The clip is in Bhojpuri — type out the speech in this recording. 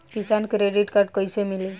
किसान क्रेडिट कार्ड कइसे मिली?